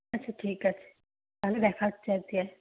আচ্ছা ঠিক আছে তাহলে দেখা হচ্ছে আজকে